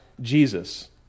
Jesus